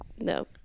No